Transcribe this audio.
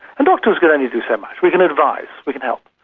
and doctors can only do so much. we can advise, we can help,